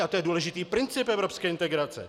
A to je důležitý princip evropské integrace.